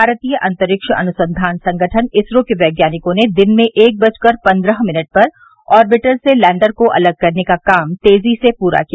भारतीय अंतरिक्ष अनुसंधान संगठन इसरो के वैज्ञानिकों ने दिन में एक बजकर पन्द्रह मिनट पर ऑरविटर से लैण्डर को अलग करने का काम तेजी से पूरा किया